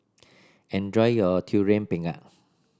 enjoy your Durian Pengat